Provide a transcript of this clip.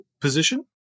position